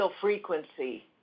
frequency